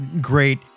great